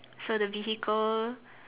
for the vehicle